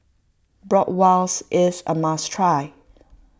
Bratwurst is a must try